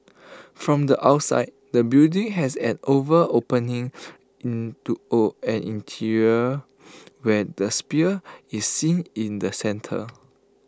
from the outside the building has an oval opening an interior where the sphere is seen in the centre